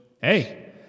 hey